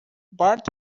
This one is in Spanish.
bart